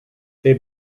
they